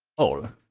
all.